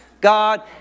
God